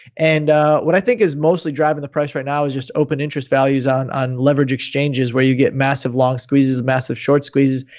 and what i think is mostly driving the price right now is just open interest values on on leverage exchanges where you get massive loss squeezes, massive short squeezes.